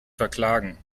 verklagen